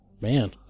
Man